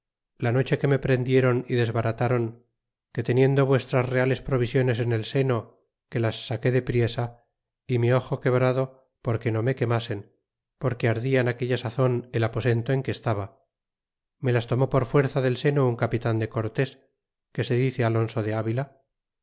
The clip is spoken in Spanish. la noche que me prendieron y desbarat aron que teniendo vuestras reales provisiones en el seno que las saque de priesa y mi ojo quebrado porque no me quemasen porque ardia en aquella sazon el aposento en que estaba me las tomó por fuerza del seno un capitan de cortés que se dice alonso de avila